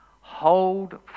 Hold